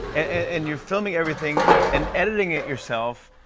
and you're filming everything and editing it yourself,